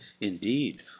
indeed